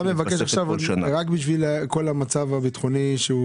אתה מדבר רק בשביל כל המצב הביטחוני,